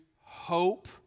hope